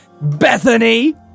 Bethany